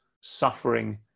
suffering